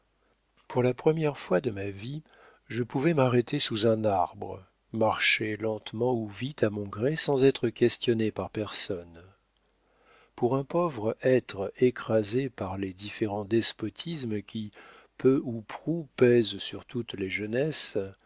pour la première fois de ma vie je pouvais m'arrêter sous un arbre marcher lentement ou vite à mon gré sans être questionné par personne pour un pauvre être écrasé par les différents despotismes qui peu ou prou pèsent sur toutes les jeunesses